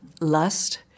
Lust